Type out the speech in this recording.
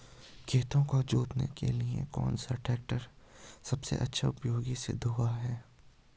खेतों को जोतने के लिए कौन सा टैक्टर सबसे अच्छा उपयोगी सिद्ध हुआ है?